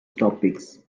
topics